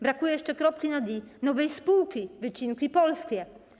Brakuje jeszcze kropki nad i, nowej spółki Wycinki Polskie.